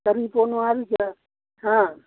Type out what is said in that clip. ꯀꯔꯤ ꯄꯣꯠꯅꯣ ꯍꯥꯏꯔꯤꯁꯦ ꯍꯥ